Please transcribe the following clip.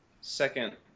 second